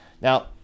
Now